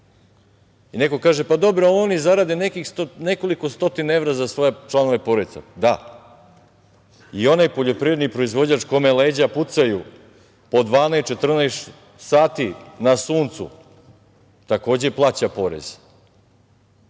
Neko kaže – pa, dobro, oni zarade nekoliko stotina evra za svoje članove porodica. Da, i onaj poljoprivredni proizvođač kome leđa pucaju po 12, 14 sati na suncu, takođe plaća porez